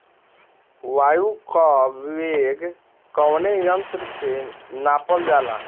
वायु क वेग कवने यंत्र से नापल जाला?